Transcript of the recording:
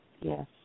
yes